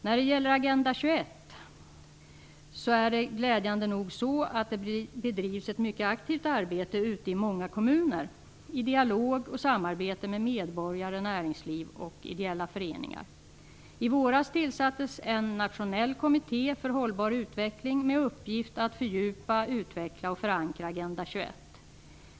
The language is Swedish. När det gäller Agenda 21 bedrivs det glädjande nog ett mycket aktivt arbete ute i många kommuner - i dialog och samarbete med medborgare, näringsliv och ideella föreningar. I våras tillsattes en nationell kommitté för hållbar utveckling med uppgift att fördjupa, utveckla och förankra Agenda 21.